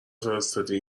فرستادی